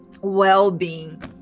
well-being